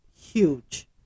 Huge